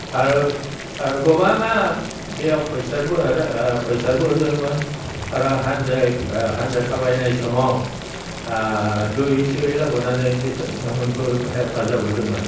आरो गोबाङा बेयाव फैसाबो फैसाबो होदोंमोन आरो हानजाया हानजा थाबायनाय समाव दै सै लाबोनानै बे बिथांमोनखौ हेफाजाब होदोंमोन